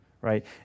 right